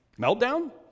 Meltdown